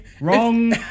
Wrong